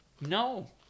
No